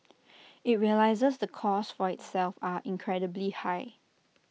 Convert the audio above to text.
IT realises the costs for itself are incredibly high